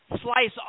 slice